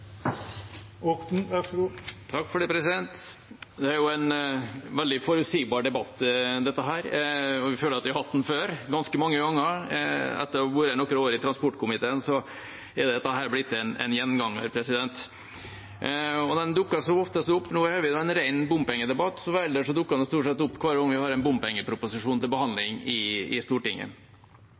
føler vi har hatt den før – ganske mange ganger. Etter å ha vært noen år i transportkomiteen er dette blitt en gjenganger. Nå har vi en ren bompengedebatt, men ellers dukker den stort sett opp hver gang vi har en bompengeproposisjon til behandling i Stortinget. Det er vel ingen av oss som er spesielt glad i